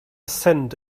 cent